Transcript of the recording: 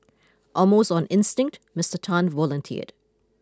almost on instinct Mister Tan volunteered